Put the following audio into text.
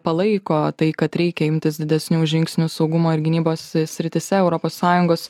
palaiko tai kad reikia imtis didesnių žingsnių saugumo ir gynybos srityse europos sąjungos